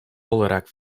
olarak